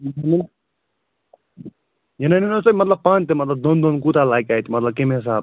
یہِ نَنِوٕ نا حظ تۄہہِ مطلب پانہٕ تہِ مطلب دۄن دۄہن کوٗتاہ لگہِ اَتہِ مطلب کَمہِ حِسابہٕ